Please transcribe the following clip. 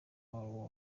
wabo